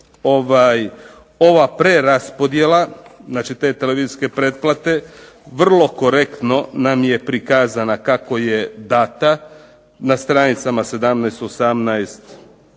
ova preraspodjela, znači te televizijske pretplate, vrlo korektno nam je prikazana kako je dana na str. 17,18